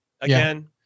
again